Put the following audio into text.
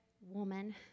woman